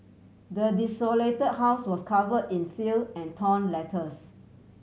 the desolate house was cover in filth and torn letters